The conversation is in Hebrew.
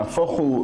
נהפוך הוא,